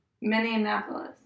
Minneapolis